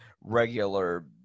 regular